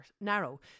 narrow